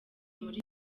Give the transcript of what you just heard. muri